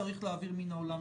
צריך להעביר מין העולם.